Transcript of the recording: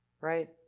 right